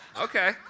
Okay